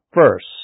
first